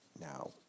now